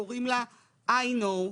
קוראים לה eye know,